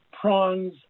prongs